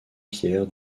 pierre